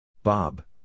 Bob